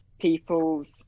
people's